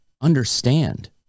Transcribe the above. understand